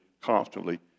constantly